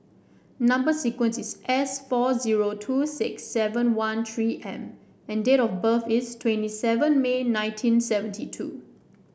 number sequence is S four zero two six seven one three M and date of birth is twenty seven May nineteen seventy two